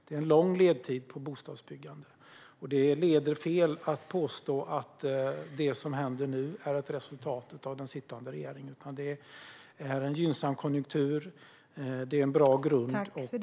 Det är en lång ledtid på bostadsbyggande. Det leder fel att påstå att det som händer nu är ett resultat av vad den sittande regeringen har gjort. Det är en gynnsam konjunktur, en bra grund och gynnsamma ekonomiska förutsättningar.